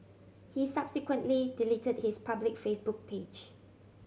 he subsequently deleted his public Facebook page